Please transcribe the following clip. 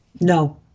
No